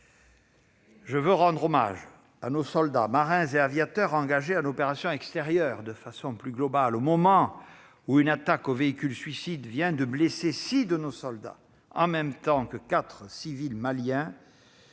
Je veux rendre hommage à nos soldats, marins et aviateurs engagés en opérations extérieures. Alors qu'une attaque au véhicule suicide vient de blesser six de nos soldats, en même temps que quatre civils maliens,